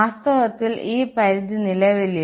വാസ്തവത്തിൽ ഈ പരിധി നിലവിലില്ല